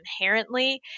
inherently